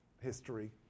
history